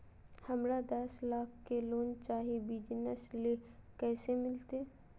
हमरा दस लाख के लोन चाही बिजनस ले, कैसे मिलते?